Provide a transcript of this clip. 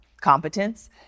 competence